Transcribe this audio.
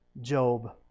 Job